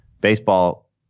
Baseball